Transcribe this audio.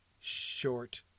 short